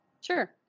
Sure